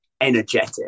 energetic